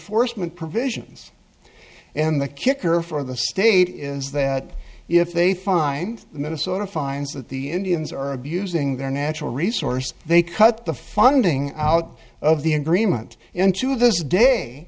forstmann provisions and the kicker for the state is that if they find minnesota finds that the indians are abusing their natural resource they cut the funding out of the agreement into those d